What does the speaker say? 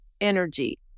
energy